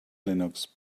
linux